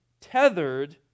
tethered